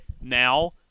now